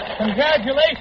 Congratulations